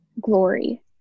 glory